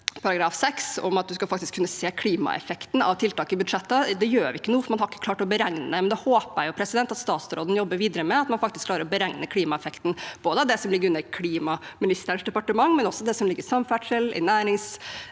at man faktisk skal kunne se klimaeffekten av tiltak i budsjettene. Det gjør vi ikke nå, for man har ikke klart å beregne det. Det håper jeg at statsråden jobber videre med, at man faktisk klarer å beregne klimaeffekten, både av det som ligger under klimaministerens departement, og også det som ligger under Samferdselsdepartementet,